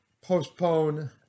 postpone